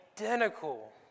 identical